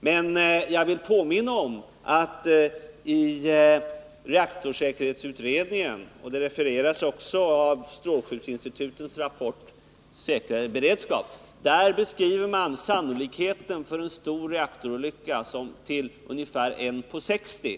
Men jag vill påminna om att man i reaktorsäkerhetsutredningen — och det refereras i strålskyddsinstitutets rapport Effektivare beredskap — beskriver sannolikheten för en stor reaktorolycka som ungefär 1 på 60.